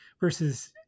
versus